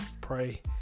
pray